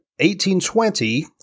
1820